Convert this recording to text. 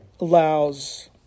allows